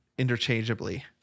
interchangeably